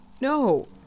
No